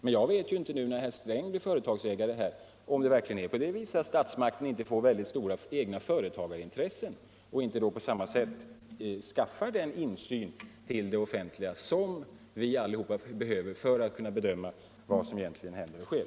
Jag vet ju inte, när herr Sträng blir företagsägare här, om statsmakten inte får stora egna företagarintressen och då inte på samma sätt skaffar den insyn i det offentliga som vi alla behöver för att kunna bedöma vad som egentligen händer och sker.